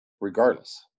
regardless